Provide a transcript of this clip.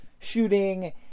shooting